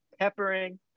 peppering